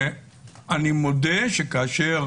אני מודה שכאשר